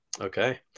Okay